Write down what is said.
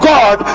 God